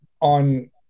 on